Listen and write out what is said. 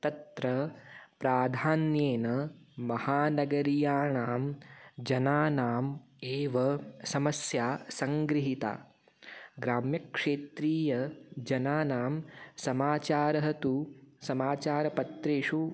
तत्र प्राधान्येन महानगरीयाणां जनानाम् एव समस्या सङ्गृहीता ग्राम्यक्षेत्रीयजनानां समाचारः तु समाचारपत्रेषु